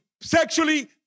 sexually